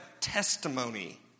testimony